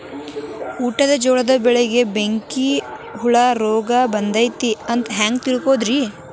ಊಟದ ಜೋಳದ ಬೆಳೆಗೆ ಬೆಂಕಿ ಹುಳ ರೋಗ ಬಂದೈತಿ ಎಂದು ಹ್ಯಾಂಗ ತಿಳಿತೈತರೇ?